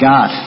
God